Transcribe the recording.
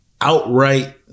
outright